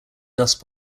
dust